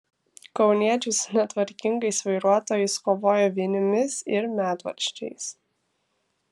kauniečiai su netvarkingais vairuotojais kovoja vinimis ir medvaržčiais